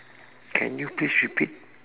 can you please repeat